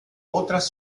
otras